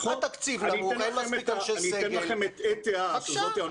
התקציב, נכון, אין מספיק אנשי סגל.